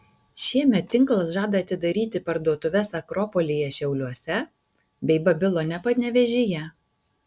šiemet tinklas žada atidaryti parduotuves akropolyje šiauliuose bei babilone panevėžyje